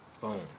Boom